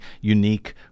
unique